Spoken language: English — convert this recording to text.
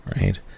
right